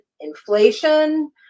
inflation